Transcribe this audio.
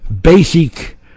basic